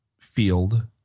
field